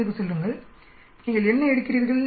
05 க்குச் செல்லுங்கள் நீங்கள் என்ன எடுக்கிறீர்கள்